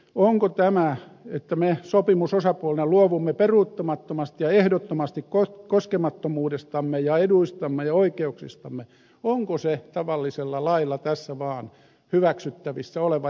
onko tämä että me sopimusosapuolina luovumme peruuttamattomasti ja ehdottomasti koskemattomuudestamme ja eduistamme ja oikeuksistamme tavallisella lailla tässä vaan hyväksyttävissä oleva